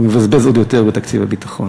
הוא מבזבז עוד יותר בתקציב הביטחון.